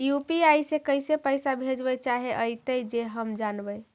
UPI से कैसे पैसा भेजबय चाहें अइतय जे हम जानबय?